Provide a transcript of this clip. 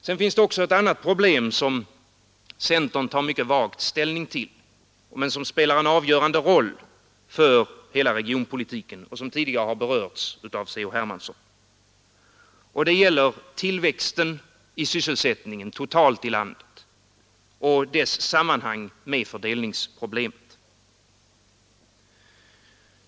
Vidare finns det också ett annat problem som centern mycket vagt tar ställning till men som spelar en avgörande roll för hela regionpolitiken och som tidigare har berörts av kamrat C.-H. Hermansson, nämligen tillväxten i sysselsättningen totalt i landet och dess sammanhang med fördelningsproblemet.